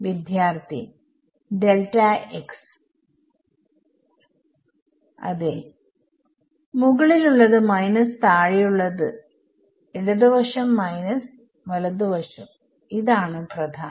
വിദ്യാർത്ഥി delta x മുകളിലുള്ളത് minus താഴെയുള്ളത് ഇടത് വശം മൈനസ് വലതു വശം ഇതാണ് പ്രധാനം